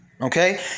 Okay